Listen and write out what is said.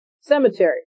cemetery